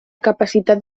capacitat